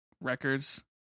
records